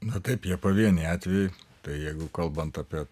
na taip jie pavieniai atvejai tai jeigu kalbant apie